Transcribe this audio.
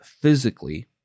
physically